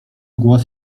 głos